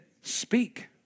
speak